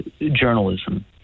journalism